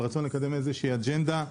על רצון לקדם איזושהי אג'נדה,